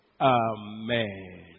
Amen